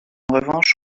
revanche